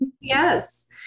Yes